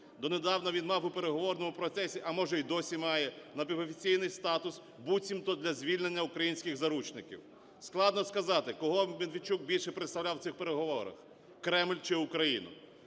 Донедавна він мав в переговорному процесі, а може і досі має, напівофіційний статус буцімто для звільнення українських заручників. Складно сказати кого Медведчук більше представляв в цих переговорах: Кремль чи Україну.